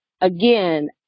Again